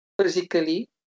physically